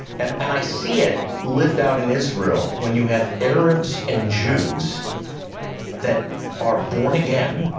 and and i see it lived out in israel, when you have arabs and jews that are born again.